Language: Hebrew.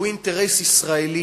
שהוא אינטרס ישראלי,